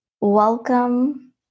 Welcome